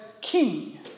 king